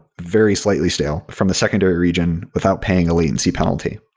very slightly stale, from the secondary region without paying a latency penalty.